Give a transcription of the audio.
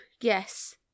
yes